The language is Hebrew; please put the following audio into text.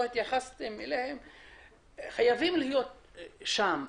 לא התייחסתם אליהם חייבים להיות שם,